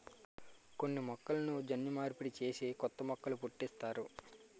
కొన్ని మొక్కలను జన్యు మార్పిడి చేసి కొత్త మొక్కలు పుట్టిస్తారు